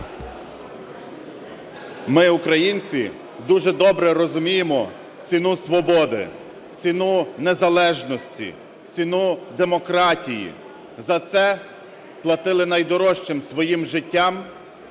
Ми, українці, дуже добре розуміємо ціну свободи, ціну незалежності, ціну демократії. За це платили найдорожчим – своїм життям